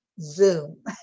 Zoom